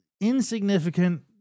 insignificant